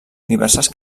diverses